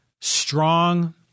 strong